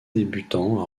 débutant